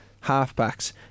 half-backs